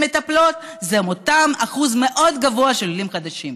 זה אותו אחוז מאוד גבוה של עולים חדשים.